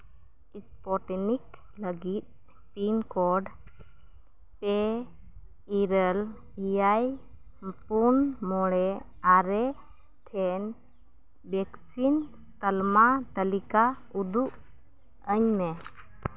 Sputnik ᱞᱟᱹᱜᱤᱫ pin code ᱯᱮ ᱤᱨᱟᱹᱞ ᱮᱭᱟᱭ ᱯᱩᱱ ᱢᱚᱬᱮ ᱟᱨᱮ ᱴᱷᱮᱱ ᱵᱷᱮᱠᱥᱤᱱ ᱛᱟᱞᱢᱟ ᱛᱟᱹᱞᱤᱠᱟ ᱩᱫᱩᱜ ᱟᱹᱧ ᱢᱮ